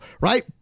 right